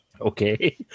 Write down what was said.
Okay